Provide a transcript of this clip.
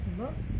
sebab